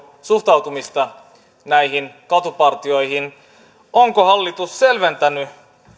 suhtautumista näihin katupartioihin onko hallitus selventänyt